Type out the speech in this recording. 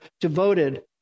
devoted